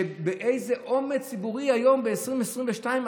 באיזה אומץ ציבורי היום ב-2022,